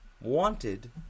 wanted